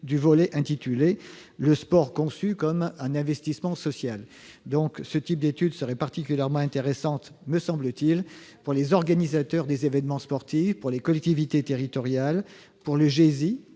son volet intitulé « Le sport conçu comme un investissement social ». Ce type d'études serait particulièrement intéressant pour les organisateurs d'événements sportifs, pour les collectivités territoriales, pour les